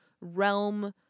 realm